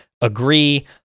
agree